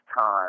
Time